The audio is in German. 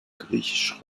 griechisch